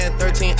13